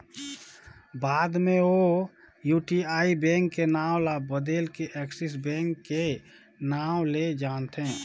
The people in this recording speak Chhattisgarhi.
बाद मे ओ यूटीआई बेंक के नांव ल बदेल के एक्सिस बेंक के नांव ले जानथें